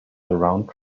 around